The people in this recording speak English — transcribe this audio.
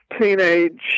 teenage